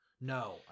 No